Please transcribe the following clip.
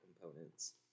components